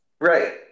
right